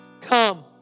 Come